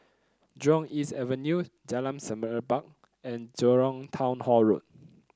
Jurong East Avenue Jalan Semerbak and Jurong Town Hall Road